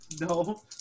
no